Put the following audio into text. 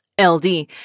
LD